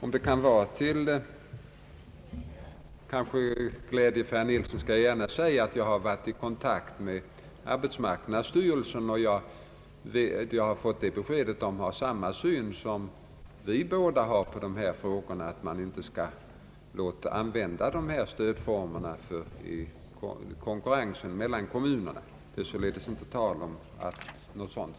Om det kan vara till någon glädje för herr Nilsson, skall jag gärna säga att jag har varit i kontakt med arbetsmarknadsstyrelsen och fått det beskedet att man där har samma syn på dessa frågor som vi båda har, nämligen att dessa stödformer inte skall användas i konkurrensen mellan kommunerna. Det är således inte tal om att sådant